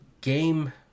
game